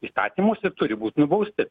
įstatymuose turi būt nubausti